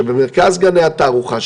שבמרכז גני התערוכה,